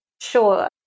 sure